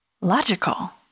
Logical